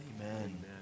amen